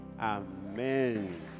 amen